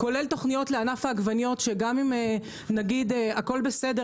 כולל תוכניות לענף העגבניות שגם אם נגיד הכול בסדר,